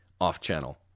off-channel